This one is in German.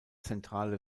zentrale